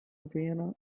vienna